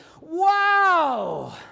wow